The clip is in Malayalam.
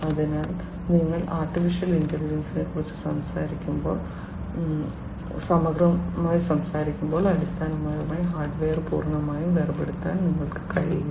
അതിനാൽ നിങ്ങൾ AI സിസ്റ്റങ്ങളെക്കുറിച്ച് സമഗ്രമായി സംസാരിക്കുമ്പോൾ അടിസ്ഥാനപരമായി ഹാർഡ്വെയർ പൂർണ്ണമായും വേർപെടുത്താൻ നിങ്ങൾക്ക് കഴിയില്ല